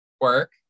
Work